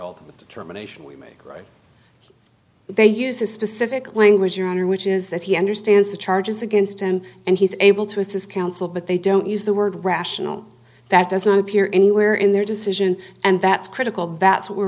ultimate termination right they use a specific language your honor which is that he understands the charges against him and he's able to assist counsel but they don't use the word rational that doesn't appear anywhere in their decision and that's critical that's what we're